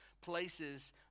places